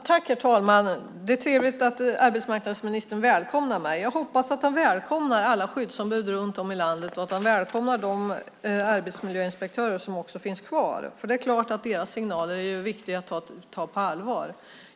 Herr talman! Det är trevligt att arbetsmarknadsministern välkomnar mig. Jag hoppas att han välkomnar alla skyddsombud runt om i landet och att han välkomnar de arbetsmiljöinspektörer som finns kvar. Det är klart att deras signaler är viktiga att ta på allvar.